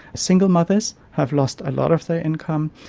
single mothers have lost a lot of their income.